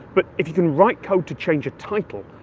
but if you can write code to change a title,